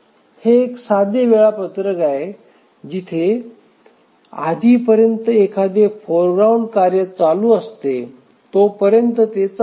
हे एक साधे वेळापत्रक आहे जिथे आधीपर्यंत एखादे फोरग्राउंड कार्य चालू असते तोपर्यंत ते चालते